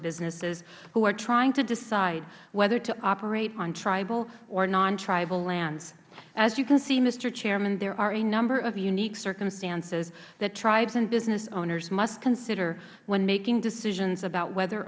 businesses who are trying to decide whether to operate on tribal or nontribal lands as you can see mister chairman there are a number of unique circumstances that tribes and business owners must consider when making decisions about whether